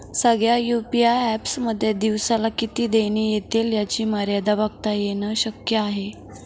सगळ्या UPI apps मध्ये दिवसाला किती देणी एतील याची मर्यादा बघता येन शक्य आहे